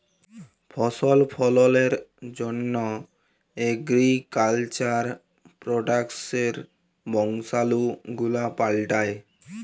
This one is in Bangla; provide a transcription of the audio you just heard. ফসল ফললের জন্হ এগ্রিকালচার প্রডাক্টসের বংশালু গুলা পাল্টাই